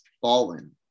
fallen